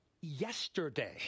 yesterday